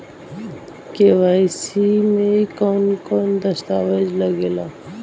KYC में कवन कवन दस्तावेज लागे ला?